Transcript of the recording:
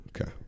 Okay